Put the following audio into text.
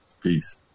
Peace